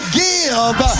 give